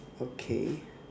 okay